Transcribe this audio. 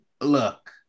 look